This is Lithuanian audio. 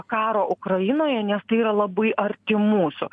karo ukrainoje nes tai yra labai arti mūsų